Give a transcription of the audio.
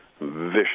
vicious